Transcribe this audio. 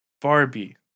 Barbie